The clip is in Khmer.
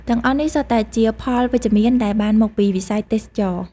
ទាំងអស់នេះសុទ្ធតែជាផលវិជ្ជមានដែលបានមកពីវិស័យទេសចរណ៍។